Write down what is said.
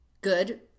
good